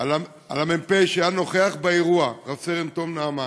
על המ"פ שהיה נוכח באירוע, רב-סרן תום נעמן,